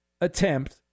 attempt